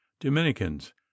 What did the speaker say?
dominicans